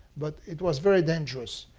but it was very dangerous.